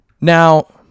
Now